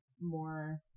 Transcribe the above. more